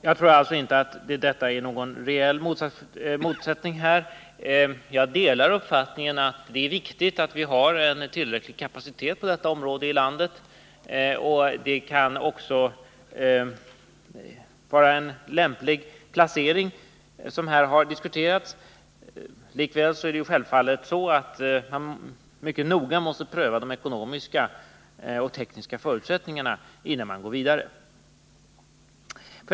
Jag tror alltså inte att det här råder någon reell motsättning. Jag delar uppfattningen att det är viktigt att vi har en tillräcklig kapacitet i landet på detta område. Den placering som här har diskuterats kan också vara den lämpliga. Likväl måste man självfallet mycket noga pröva de ekonomiska och tekniska förutsättningarna, innan man går vidare.